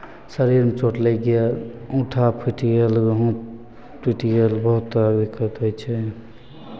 शरीरमे चोट लागि गेल औँठा फुटि गेल टुटि गेल बहुत तरहके दिक्कत होइ छै